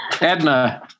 Edna